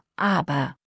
aber